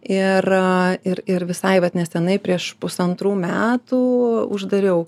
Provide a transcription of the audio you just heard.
ir ir ir visai vat nesenai vat prieš pusantrų metų uždariau